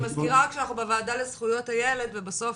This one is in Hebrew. מזכירה רק שאנחנו בוועדה לזכויות הילד ובסוף